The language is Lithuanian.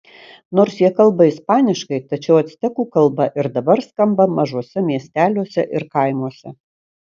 nors jie kalba ispaniškai tačiau actekų kalba ir dabar skamba mažuose miesteliuose ir kaimuose